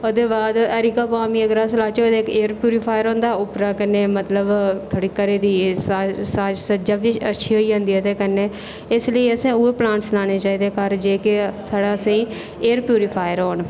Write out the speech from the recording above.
ओह्दे बाद एरिकाबाम गी अगर अस लाचै इक ते प्यूरीफायर होंदा उप्परा मतलब कन्नै थुआढ़े घरै दी साज साज सज्जा बी अच्छी होई जंदी ते कन्नै इसलेई असें उयै प्लांट्स लाने चाहिदे घर जेह्के थोह्ड़ा असेंगी एयर प्यूरीफायर होन